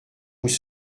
vous